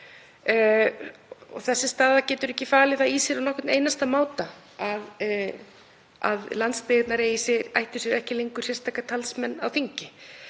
Þessi staða getur ekki falið það í sér á nokkurn einasta máta að landsbyggðin ætti sér ekki lengur sérstaka talsmenn á þingi.